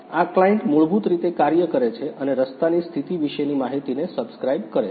આ ક્લાયંટ મૂળભૂત રીતે કાર્ય કરે છે અને રસ્તાની સ્થિતિ વિશેની માહિતીને સબ્સ્ક્રાઇબ કરે છે